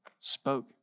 spoke